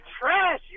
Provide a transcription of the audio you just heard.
trash